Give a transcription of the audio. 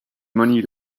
money